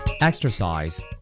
Exercise